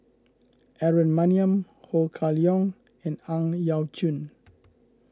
Aaron Maniam Ho Kah Leong and Ang Yau Choon